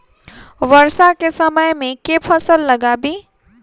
वर्षा केँ समय मे केँ फसल लगाबी?